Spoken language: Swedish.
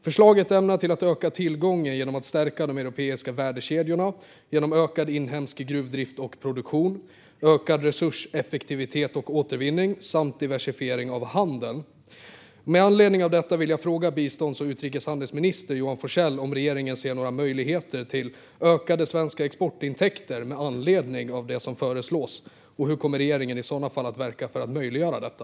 Förslaget syftar till att öka tillgången genom förstärkning av de europeiska värdekedjorna, ökad inhemsk gruvdrift och produktion, ökad resurseffektivitet och återvinning samt diversifiering av handeln. Med anledning av det som föreslås vill jag fråga bistånds och utrikeshandelsminister Johan Forssell om regeringen här ser några möjligheter till ökade svenska exportintäkter. Hur kommer regeringen i så fall att verka för att möjliggöra detta?